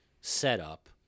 setup